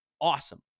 awesome